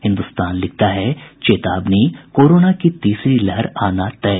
हिन्दुस्तान लिखता है चेतावनी कोरोना की तीसरी लहर आना तय